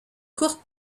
courte